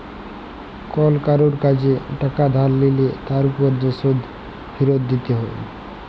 call কারুর কাজে টাকা ধার লিলে তার উপর যে শোধ ফিরত দিতে হ্যয়